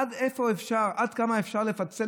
עד כמה אפשר לפצל